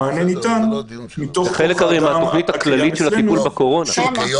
המענה ניתן מתוך כוח האדם הקיים אצלנו --- לטובת העניין.